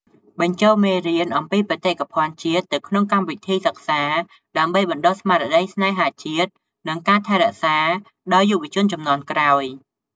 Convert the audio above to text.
បញ្ចូលមេរៀនអំពីបេតិកភណ្ឌជាតិទៅក្នុងកម្មវិធីសិក្សា ដើម្បីបណ្ដុះស្មារតីស្នេហាជាតិ និងការថែរក្សាដល់យុវជនជំនាន់ក្រោយ។